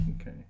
Okay